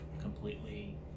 completely